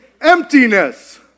emptiness